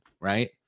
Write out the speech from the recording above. right